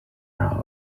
alarm